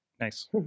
Nice